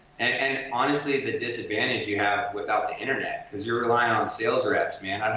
and honestly, the disadvantage you have without the internet cause you're relying on sales reps, man,